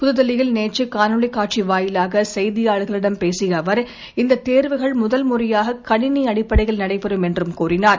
புதுதில்லியில் நேற்று காணொலிக் காட்சி வாயிலாக செய்தியாளர்களிடம் பேசிய அவர் இந்த தேர்வுகள் முதல்முறையாக கனிணி அடிப்படையில் நடைபெறும் என்று கூறினார்